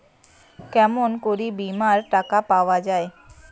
কেমন করি বীমার টাকা পাওয়া যাবে?